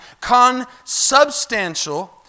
consubstantial